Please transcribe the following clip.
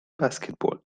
basketball